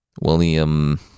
William